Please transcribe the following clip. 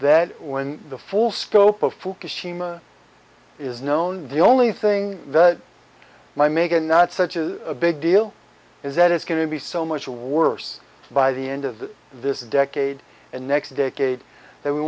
that when the full scope of fukushima is known the only thing that might make and not such a big deal is that it's going to be so much worse by the end of this decade and next decade that we